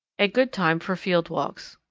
a good time for field walks.